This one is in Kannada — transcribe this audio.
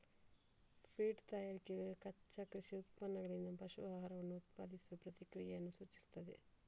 ಫೀಡ್ ತಯಾರಿಕೆಯು ಕಚ್ಚಾ ಕೃಷಿ ಉತ್ಪನ್ನಗಳಿಂದ ಪಶು ಆಹಾರವನ್ನು ಉತ್ಪಾದಿಸುವ ಪ್ರಕ್ರಿಯೆಯನ್ನು ಸೂಚಿಸುತ್ತದೆ